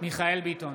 מיכאל מרדכי ביטון,